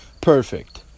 perfect